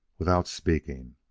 without speaking,